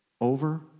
over